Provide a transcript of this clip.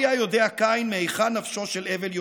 "יודע" קין "מהיכן נפשו" של הבל "יוצאה".